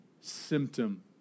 symptom